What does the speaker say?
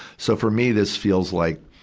so, for me, this feels like,